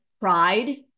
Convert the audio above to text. pride